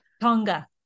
Tonga